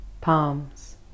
Palms